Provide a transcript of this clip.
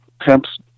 temps